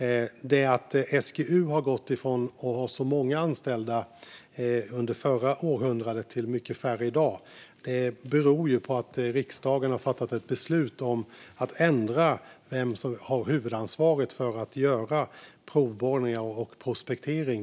Att SGU har gått från att ha så många anställda under förra århundradet till mycket färre i dag beror på att riksdagen har fattat ett beslut om att ändra vem som har huvudansvaret för att göra provborrningar och prospektering.